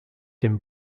dem